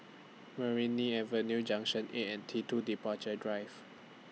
Meranti Avenue Junction eight and T two Departure Drive